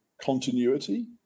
continuity